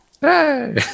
Hey